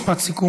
משפט סיכום,